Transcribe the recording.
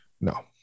No